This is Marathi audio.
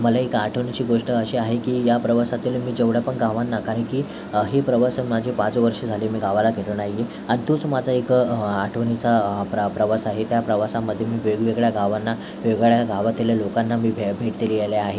मला एक आठवणीची गोष्ट अशी आहे की या प्रवासातील मी जेवढ्या पण गावांना कारण की हे प्रवास माझे पाच वर्ष झाली मी गावाला गेलो नाही आहे आणि तोच माझा एक आठवणीचा प्र प्रवास आहे त्या प्रवासामध्ये मी वेगवेगळ्या गावांना वेगवेगळ्या गावातील लोकांना मी भे भेट दिलेलं आहे